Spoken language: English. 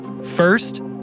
First